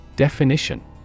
Definition